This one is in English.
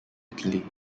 italy